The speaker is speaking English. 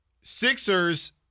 Sixers